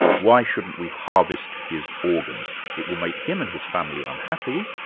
why shouldn't we harvest his organs? it will make him and his family unhappy,